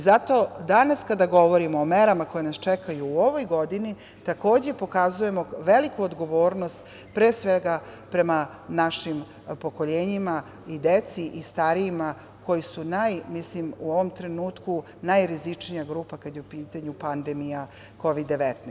Zato, danas kada govorimo o merama koje nas čekaju u ovoj godini, takođe pokazujemo veliku odgovornost, pre svega prema našim pokolenjima, deci i starijima koji su u ovom trenutku najrizičnija grupa kada je u pitanju pandemija Kovid-19.